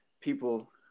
people